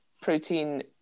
protein